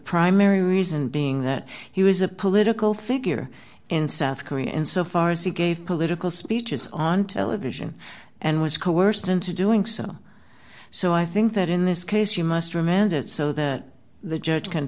primary reason being that he was a political figure in south korea in so far as he gave political speeches on television and was coerced into doing so so i think that in this case you must remand it so that the judge can